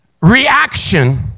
reaction